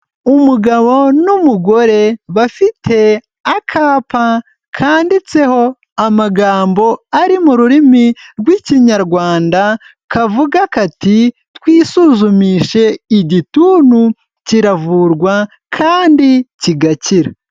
Umugabo n'umugore bafite akapa kanditseho amagambo ari mu rurimi rw'Ikinyarwanda, kavuga kati '' twisuzumishe igituntu kiravurwa kandi kigakira''.